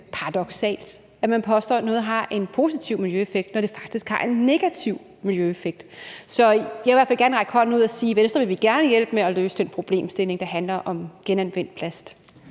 paradoksalt, at man påstår, at noget har en positiv miljøeffekt, når det faktisk har en negativ miljøeffekt. Så jeg vil i hvert fald gerne række hånden ud og sige, at vi i Venstre gerne vil hjælpe med at løse den problemstilling, der handler om genanvendt plast.